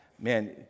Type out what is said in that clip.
man